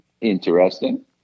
Interesting